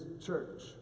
church